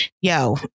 Yo